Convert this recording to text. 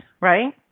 right